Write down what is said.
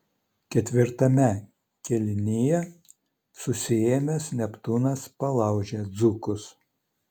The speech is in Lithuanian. ketvirtame kėlinyje susiėmęs neptūnas palaužė dzūkus